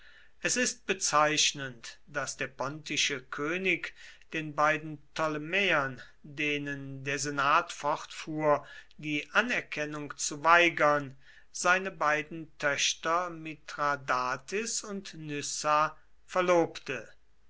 es ist bezeichnend daß der pontische könig den beiden ptolemäern denen der senat fortfuhr die anerkennung zu weigern seine beiden töchter mithradatis und nyssa verlobte